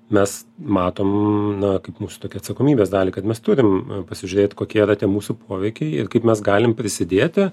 mes matom na kaip mūsų tokią atsakomybės dalį kad mes turim pasižiūrėt kokie yra tie mūsų poveikiai ir kaip mes galim prisidėti